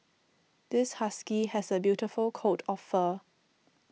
this husky has a beautiful coat of fur